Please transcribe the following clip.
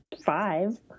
five